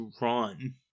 run